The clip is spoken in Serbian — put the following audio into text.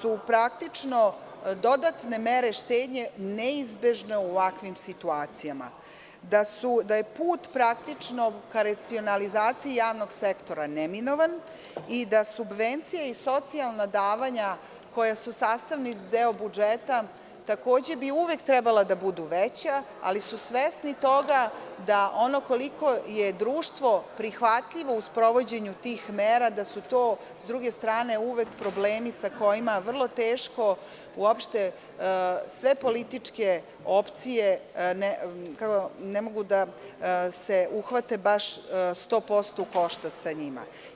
su praktično dodatne mere štednje neizbežne u ovakvim situacijama, da je put ka racionalizaciji javnog sektora neminovan i da subvencije i socijalna davanja, koja su sastavni deo budžeta, takođe bi uvek trebalo da budu veća, ali su svesni toga da ono koliko je društvo prihvatljivo u sprovođenju tih mera, da su to s druge strane uvek problemi s kojima vrlo teško sve političke opcije ne mogu da se uhvate baš sto posto u koštac sa njima.